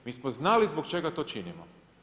Mi smo znali zbog čega to činimo.